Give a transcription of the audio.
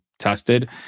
tested